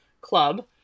club